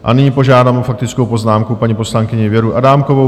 A nyní požádám o faktickou poznámku paní poslankyni Věru Adámkovou.